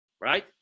Right